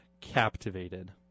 Captivated